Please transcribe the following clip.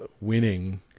winning